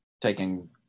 taking